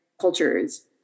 cultures